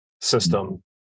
system